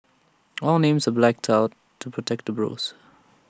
all names are blacked out to protect the bros